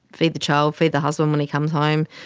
feed the child, feed the husband when he comes home.